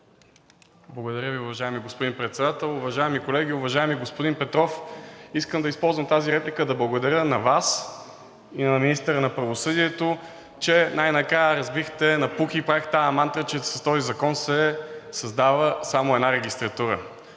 Благодаря Ви, уважаеми господин Председател. Уважаеми колеги! Уважаеми господин Петров, искам да използвам тази реплика да благодаря на Вас и на министъра на правосъдието, че най-накрая разбихте на пух и прах мантрата, че с този закон се създава само една регистратура.